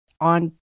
on